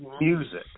music